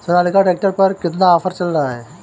Sonalika tractor पर कितना offer चल रहा है?